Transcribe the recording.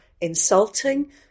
insulting